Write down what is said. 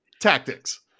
tactics